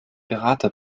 berater